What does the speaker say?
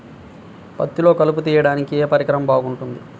పత్తిలో కలుపు తీయడానికి ఏ పరికరం బాగుంటుంది?